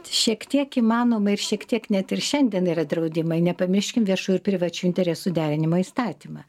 šiek tiek įmanoma ir šiek tiek net ir šiandien yra draudimai nepamirškim viešųjų ir privačių interesų derinimo įstatymą